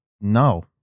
No